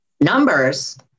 numbers